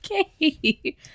Okay